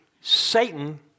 Satan